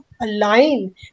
align